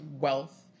wealth